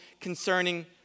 concerning